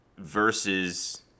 versus